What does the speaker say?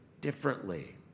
differently